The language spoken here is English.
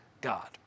God